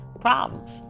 problems